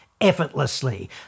effortlessly